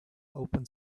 open